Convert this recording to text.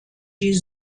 die